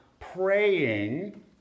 praying